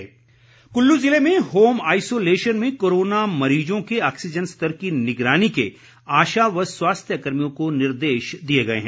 निर्देश कुल्लू जिले में होम आइसोलेशन में कोरोना मरीजों के ऑक्सीज़न स्तर की निगरानी के आशा व स्वास्थ्य कर्मियों को निर्देश दिए गए हैं